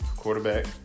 Quarterback